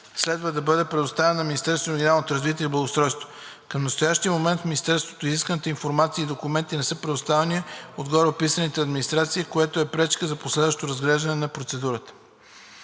следва да бъде предоставен на Министерството на регионалното развитие и благоустройството. Към настоящия момент в Министерството изисканата информация и документация не са предоставени от гореописаните администрации, което е пречка за последващото разглеждане на процедурата.